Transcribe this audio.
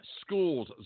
schools